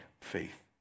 faith